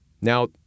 Now